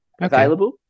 available